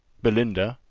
belinda,